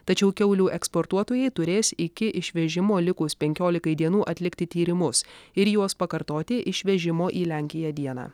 tačiau kiaulių eksportuotojai turės iki išvežimo likus penkiolikai dienų atlikti tyrimus ir juos pakartoti išvežimo į lenkiją dieną